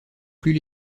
plus